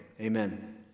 Amen